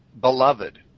beloved